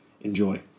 Enjoy